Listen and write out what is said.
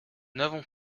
n’avons